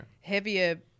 heavier